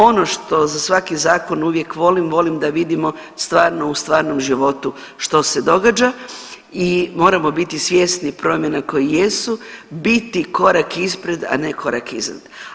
Ono što za svaki zakon uvijek volim, volim da vidimo stvarno u stvarnom životu što se događa i moramo biti svjesni promjena koje jesu, biti korak ispred, a ne korak iza.